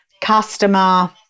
customer